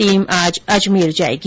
team आज अजमेर जाएगी